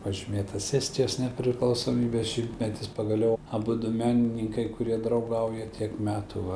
pažymėtas estijos nepriklausomybės šimtmetis pagaliau abudu menininkai kurie draugauja tiek metų